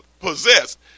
possessed